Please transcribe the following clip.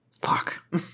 Fuck